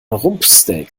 rumpsteak